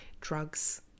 drugs